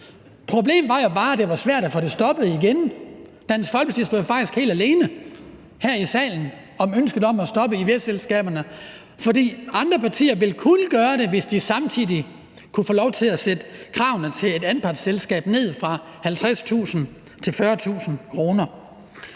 Problemet var jo bare, at det var svært at få det stoppet igen. Dansk Folkeparti stod faktisk helt alene her i salen om ønsket om at stoppe ivs-selskaberne, for andre partier ville kun gøre det, hvis de samtidig kunne få lov til at sætte kravene til et anpartsselskab ned fra 50.000 kr. til 40.000 kr.